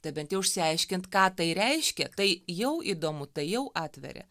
tai bent jau išsiaiškint ką tai reiškia tai jau įdomu tai jau atveria